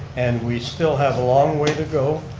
and we still have a long way to go,